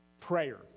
prayer